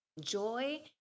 joy